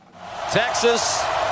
Texas